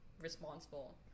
responsible